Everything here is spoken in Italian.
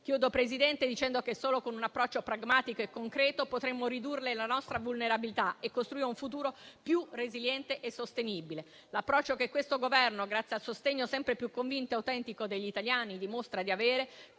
Signor Presidente, solo con un approccio pragmatico e concreto potremo ridurre la nostra vulnerabilità e costruire un futuro più resiliente e sostenibile. È l'approccio che questo Governo, grazie al sostegno sempre più convinto e autentico degli italiani, dimostra di avere